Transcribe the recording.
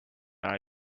are